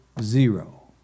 zero